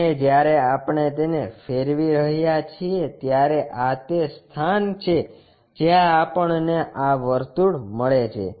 અને જ્યારે આપણે તેને ફેરવી રહ્યા છીએ ત્યારે આ તે સ્થાન છે જ્યાં આપણને આ વર્તુળ મળે છે